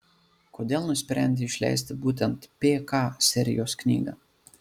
kodėl nusprendei išleisti būtent pk serijos knygą